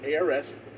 ARS